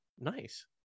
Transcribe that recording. Nice